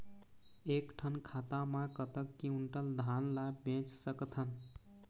एक ठन खाता मा कतक क्विंटल धान ला बेच सकथन?